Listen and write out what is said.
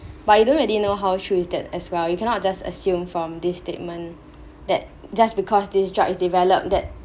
but you don't really know how true is that as well you cannot just assume from this statement that just because this drug is developed that